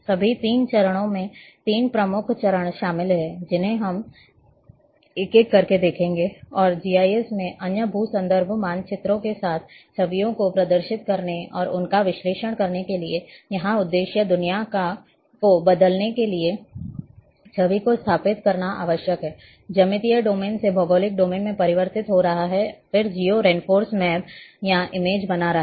सभी तीन चरणों में तीन प्रमुख चरण शामिल हैं जिन्हें हम एक एक करके देखेंगे और जीआईएस में अन्य भू संदर्भ मानचित्रों के साथ छवियों को प्रदर्शित करने और उनका विश्लेषण करने के लिए यहां उद्देश्य दुनिया को बदलने के लिए छवि को स्थापित करना आवश्यक है ज्यामितीय डोमेन से भौगोलिक डोमेन में परिवर्तित हो रहा है और फिर जियो रेफरेंस मैप या इमेज बना रहा है